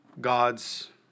God's